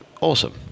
awesome